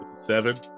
Seven